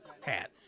hat